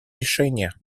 решения